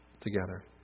together